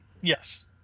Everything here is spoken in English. Yes